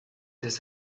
this